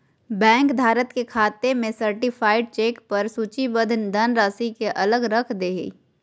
bank धारक के खाते में सर्टीफाइड चेक पर सूचीबद्ध धनराशि के अलग रख दे हइ